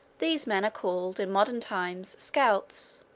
these men are called, in modern times, scouts